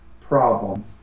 problem